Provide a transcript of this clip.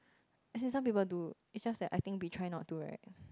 as in some people do it's just that I think we try not to right